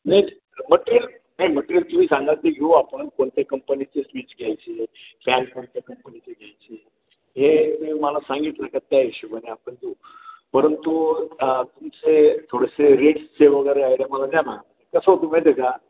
नाही मटेरियल नाही मटेरियल तुम्ही सांगा ते घेऊ आपण कोणत्या कंपनीचे स्विच घ्यायची फॅन कोणत्या कंपनीचे घ्यायची हे मी मला सांगितलं का त्या हिशोबाने आपण देऊ परंतु तुमचे थोडेसे रेट्सचे वगैरे आहे ते मला द्या ना कसं होत आहे माहिती आहे का